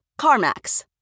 CarMax